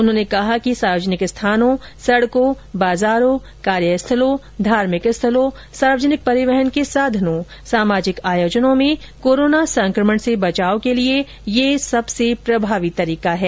उन्होंने कहा कि सार्वजनिक स्थानों सड़कों बाजारों कार्यस्थलों धार्मिक स्थलों सार्वजनिक परिवहन के साधनों सामाजिक आयोजनों में कोरोना संक्रमण से बचाव के लिए यह सबसे प्रभावी तरीका है